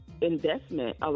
investment